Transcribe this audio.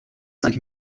cinq